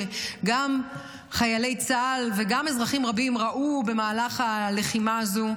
שגם חיילי צה"ל וגם אזרחים רבים ראו במהלך הלחימה הזו,